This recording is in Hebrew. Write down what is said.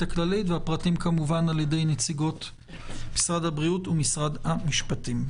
הכללית והפרטים יינתנו על-ידי נציגות משרד הבריאות ומשרד המשפטים.